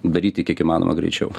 daryti kiek įmanoma greičiau